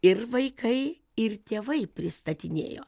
ir vaikai ir tėvai pristatinėjo